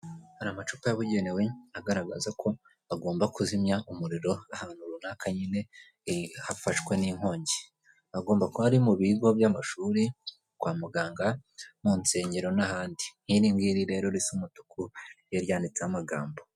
Hari amacupa yabugenewe agaragaza ko agomba kuzimya umuriro ahantu runaka nyine hafashwa n'inkongi . Hagomba kuba ari mu bigo by'amashuri , kwa muganga , mu nsengero n'ahandi . Nk'iri ngiri rero risa umutuku ryari ryanditseho amagambo.